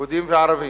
יהודים וערבים,